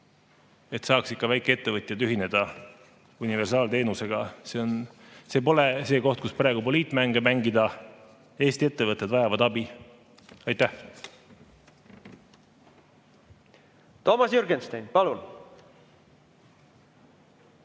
et saaks ka väikeettevõtjad ühineda universaalteenusega. See pole see koht, kus praegu poliitmänge mängida. Eesti ettevõtted vajavad abi. Aitäh! Toomas Jürgenstein, palun!